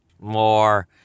more